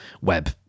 web